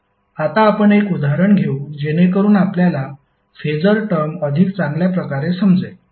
आता आपण एक उदाहरण घेऊ जेणेकरुन आपल्याला फेसर टर्म अधिक चांगल्या प्रकारे समजेल